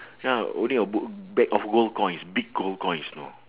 ya holding a b~ bag of gold coins big gold coins you know